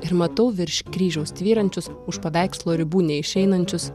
ir matau virš kryžiaus tvyrančius už paveikslo ribų neišeinančius